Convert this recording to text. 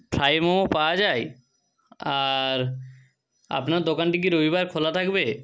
fry momo পাওয়া যায় আর আপনার দোকানটি কি রবিবার খোলা থাকবে